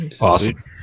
Awesome